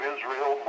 Israel